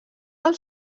del